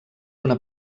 una